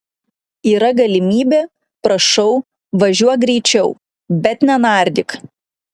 yra galimybė prašau važiuok greičiau bet nenardyk